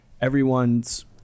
everyone's